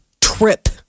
trip